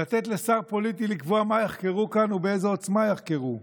לתת לשר פוליטי לקבוע מה יחקרו כאן ובאיזו עוצמה יחקרו,